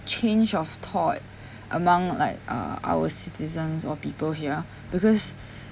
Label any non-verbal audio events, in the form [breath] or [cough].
change of thought [breath] among like uh our citizens or people here because